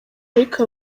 ariko